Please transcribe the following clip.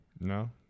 No